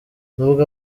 nubwo